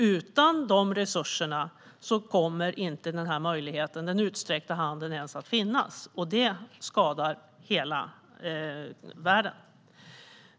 Utan dessa resurser kommer den utsträckta handen inte ens att finnas, och det skadar hela världen.